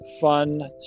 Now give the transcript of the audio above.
fun